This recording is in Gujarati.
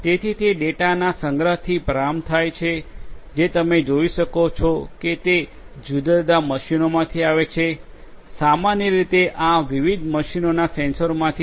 તેથી તે ડેટાના સંગ્રહથી પ્રારંભ થાય છે જે તમે જોઈ શકો છો કે તે જુદા જુદા મશીનોમાંથી આવે છે સામાન્ય રીતે આ વિવિધ મશીનોના સેન્સરમાંથી